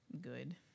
good